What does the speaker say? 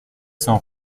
cinq